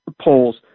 polls